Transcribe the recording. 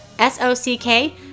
S-O-C-K